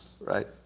right